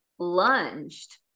lunged